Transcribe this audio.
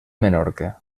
menorca